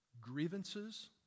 Grievances